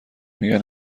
میگن